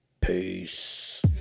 Peace